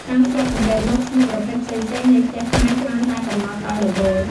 តាមធ្លាប់សង្កេតមក ឈ្មោះប្រភេទផ្សេងៗនៃផ្ទះខ្មែរច្រើនតែកំណត់ដោយដំបូល។